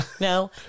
No